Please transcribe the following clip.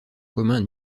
commun